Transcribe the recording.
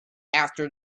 after